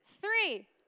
Three